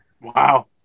Wow